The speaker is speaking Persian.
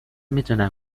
میدونم